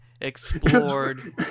explored